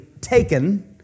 taken